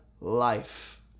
life